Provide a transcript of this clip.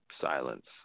silence